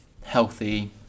Healthy